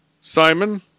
Simon